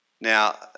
Now